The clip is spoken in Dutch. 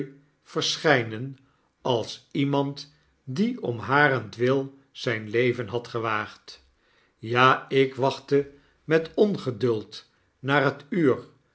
verschynen als iemand die om harentwil zyn leven had gewaagd ja ik wachtte met ongeduld naar het uur